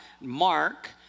Mark